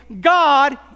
God